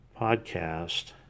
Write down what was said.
podcast